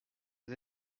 des